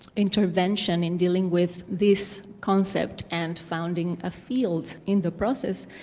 intervention in dealing with this concept and founding a field in the process,